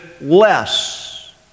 less